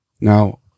Now